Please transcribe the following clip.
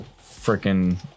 freaking